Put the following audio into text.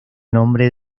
nombre